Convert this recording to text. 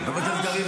ומדויקים.